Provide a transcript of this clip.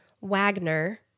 Wagner